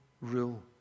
rule